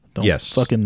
Yes